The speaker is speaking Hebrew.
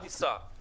טיסה שלא בוטלה.